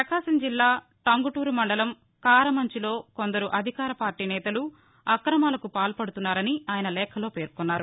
ప్రకాశం జిల్లా టంగుటూరు మండలం కారుమంచిలో కొందరు అధికార పార్లీ నేతలు అక్రమాలకు పాల్పడుతున్నారని ఆయన లేఖలో పేర్కొన్నారు